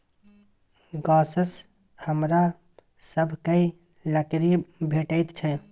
गाछसँ हमरा सभकए लकड़ी भेटैत छै